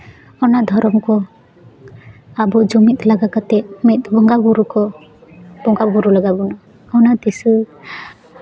ᱚᱱᱟ ᱫᱷᱚᱨᱚᱢ ᱠᱚ ᱚᱱᱟ ᱡᱩᱢᱤᱫ ᱞᱮᱠᱟ ᱠᱟᱛᱮ ᱢᱤᱫ ᱵᱚᱸᱜᱟᱼᱵᱳᱨᱳ ᱠᱚ ᱵᱚᱸᱜᱟᱼᱵᱳᱨᱳ ᱞᱟᱜᱟ ᱵᱚᱱᱟ ᱚᱱᱟ ᱫᱤᱥᱟᱹ